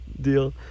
deal